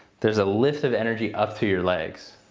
there's a lift of energy up through your legs.